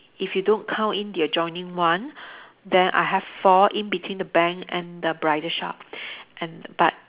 if you don't count in the adjoining one then I have four in between the bank and the bridal shop and but